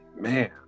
Man